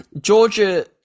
Georgia